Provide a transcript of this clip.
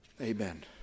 Amen